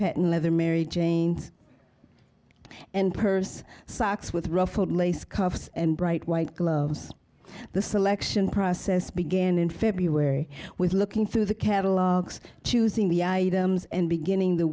patent leather mary janes and purse socks with ruffled lace cuffs and bright white gloves the selection process began in february with looking through the catalogs choosing the items and beginning the